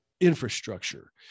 infrastructure